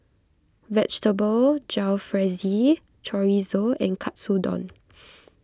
Vegetable Jalfrezi Chorizo and Katsudon